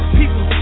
people